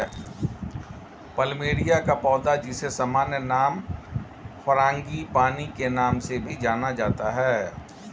plumeria का पौधा, जिसे सामान्य नाम फ्रांगीपानी के नाम से भी जाना जाता है